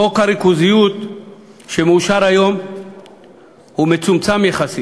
חוק הריכוזיות שיאושר היום הוא מצומצם יחסית.